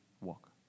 walk